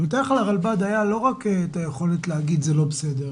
אבל תאר לך שלרלב"ד היה לא רק את היכולת להגיד 'זה לא בסדר',